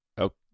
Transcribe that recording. Okay